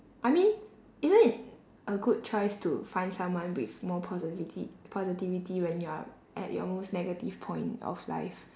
I mean isn't it a good choice to find someone with more positivity positivity when you are at your most negative point of life